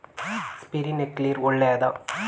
Sprinkler ಒಳ್ಳೇದೇ?